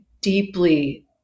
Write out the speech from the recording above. deeply